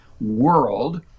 world